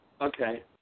Okay